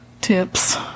tips